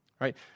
Right